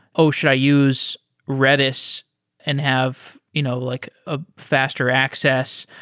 oh, should i use redis and have you know like a faster access,